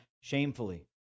shamefully